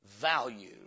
value